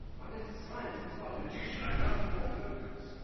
i'm just a scientist, not a magician. i can't perform miracles.